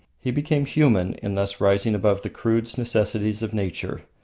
he became human in thus rising above the crude necessities of nature.